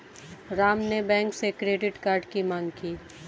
राम ने बैंक से credit card की माँग की